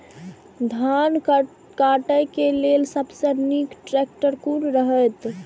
धान काटय के लेल सबसे नीक ट्रैक्टर कोन रहैत?